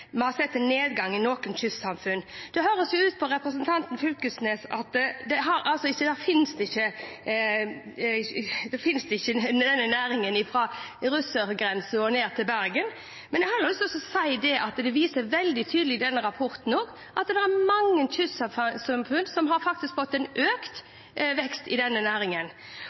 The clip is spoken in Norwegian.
vi har sett en nedgang i noen kystsamfunn. På representanten Fylkesnes høres det jo ut som om denne næringen ikke finnes fra russergrensen og ned til Bergen. Men jeg har lyst til å si at denne rapporten også viser veldig tydelig at det er mange kystsamfunn som faktisk har fått økt vekst i denne næringen.